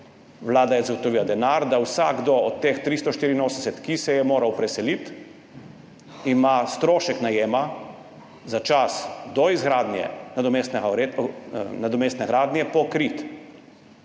Vlada je zagotovila denar, da ima vsakdo od teh 384, ki se je moral preseliti, strošek najema za čas do izgradnje nadomestne gradnje pokrit.